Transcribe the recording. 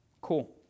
cool